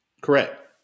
Correct